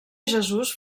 jesús